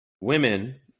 women